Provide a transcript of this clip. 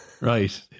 Right